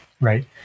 right